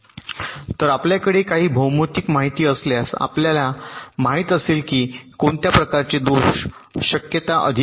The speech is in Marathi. तर आपल्याकडे काही भौमितिक माहिती असल्यास आपल्याला माहित असेल की कोणत्या प्रकारचे दोष शक्यता अधिक आहेत